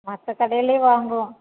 மற்ற கடையிலேயும் வாங்குவோம்